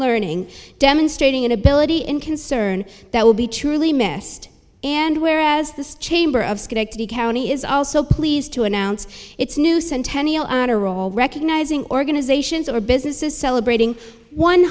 learning demonstrating an ability in concern that will be truly missed and whereas the chamber of schenectady county is also pleased to announce its new centennial honor roll recognizing organizations or businesses celebrating one